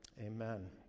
Amen